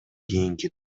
кийинки